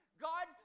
God